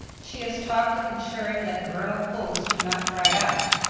she has talked of ensuring that the vernal pools do not dry out.